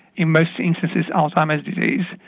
in most instances alzheimer's disease.